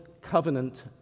covenant